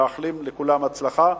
שנמצאים כאן ומאחלים לכולם הצלחה.